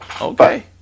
Okay